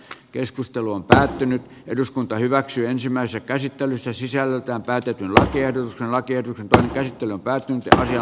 keskustelu on päättynyt eduskunta hyväksyy ensimmäistä käsittelyssä sisällöltään päätetylle tiedon hakija pääkäsittely päättyy tähän ja